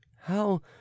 How